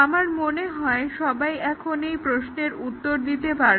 আমার মনে হয় সবাই এখন এই প্রশ্নের উত্তর দিতে পারবে